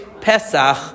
Pesach